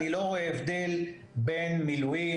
אני לא רואה את ההבדל בין זה לבין מילואים,